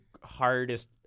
hardest